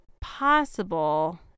possible